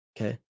okay